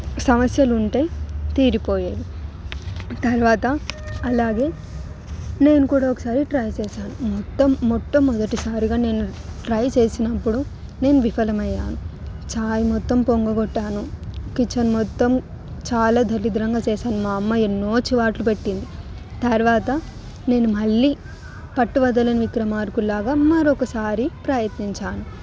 సమస్యలు ఉంటే తీరిపోయేది తర్వాత అలాగే నేను కూడా ఒక్కసారి ట్రై చేశాను మొత్తం మొట్టమొదటిసారిగా నేను ట్రై చేసినప్పుడు నేను విఫలం అయ్యాను చాయ్ మొత్తం పొంగ గొట్టాను కిచెన్ మొత్తం చాలా దరిద్రంగా చేసాను మా అమ్మ ఎన్నో చివాట్లు పెట్టింది తర్వాత నేను మళ్ళీ పట్టు వదలని విక్రమార్కుడులాగా మరొకసారి ప్రయత్నించాను